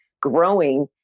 growing